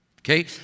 Okay